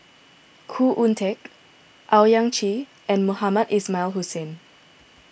Khoo Oon Teik Owyang Chi and Mohamed Ismail Hussain